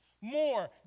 more